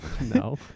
No